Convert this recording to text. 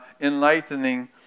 enlightening